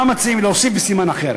מה מציעים להוסיף בסימן אחר.